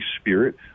Spirit